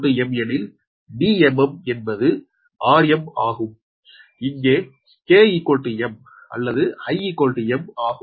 k m எனில் Dmm என்பது rm ஆகும் இங்கே k m அல்லது I m ஆகும்